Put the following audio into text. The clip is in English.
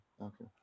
Okay